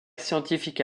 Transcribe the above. scientifique